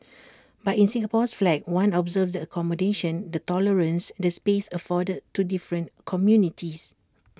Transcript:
but in Singapore's flag one observes the accommodation the tolerance the space afforded to different communities